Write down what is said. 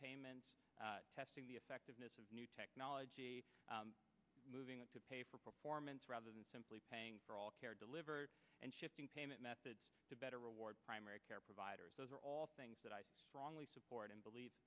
payments testing the effectiveness of new technology moving it to pay for performance rather than simply paying for all care delivered and shifting payment methods to better reward primary care providers those are all things that i strongly support and belie